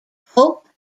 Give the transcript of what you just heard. hope